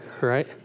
right